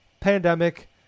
pandemic